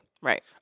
Right